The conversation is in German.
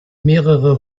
mehrere